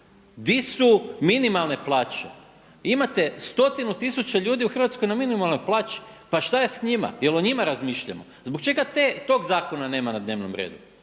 su minimalne plaće? Imate stotinu tisuća ljudi u Hrvatskoj na minimalnoj plaći, pa šta je s njima je li o njima razmišljamo? Zbog čega tog zakona nema na dnevnom redu?